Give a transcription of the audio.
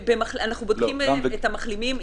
אנחנו בודקים את המחלימים.